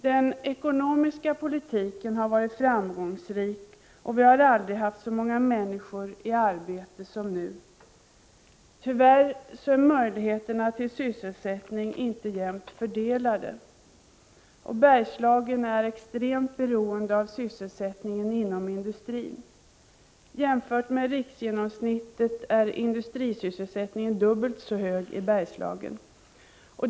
Den ekonomiska politiken har varit framgångsrik, och vi har aldrig haft så många människor i arbete som nu. Tyvärr är inte möjligheterna till Bergslagen är extremt beroende av sysselsättningen inom industrin. Jämfört med riksgenomsnittet är industrisysselsättningen i Bergslagen dubbelt så hög.